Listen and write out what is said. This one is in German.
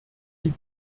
sie